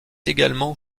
également